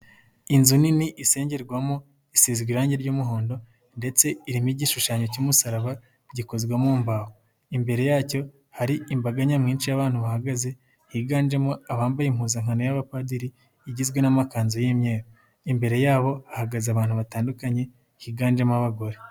Inzu nini isengerwamo, isize irangi ry'umuhondo ndetse irimo igishushanyo cy'umusaraba gikozwe mu mbaho, imbere yacyo hari imbaga nyamwinshi y'abantu bahagaze, higanjemo abambaye impuzankano y'abapadiri, igizwe n'amakanzu y'imyeru, imbere yabo hahagaze abantu batandukanye, higanjemo abagore.